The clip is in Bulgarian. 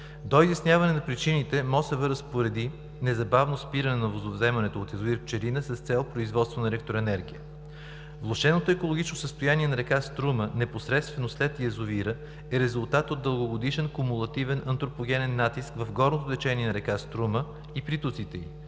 До изясняване на причините МОСВ разпореди незабавно спиране на водовземането от язовир „Пчелина“ с цел производство на електроенергия. Влошеното екологично състояние на р. Струма, непосредствено след язовира е резултат от дългогодишен кумулативен антропогенен натиск в горното течение на р. Струма и притоците й